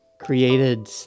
created